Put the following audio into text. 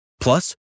Plus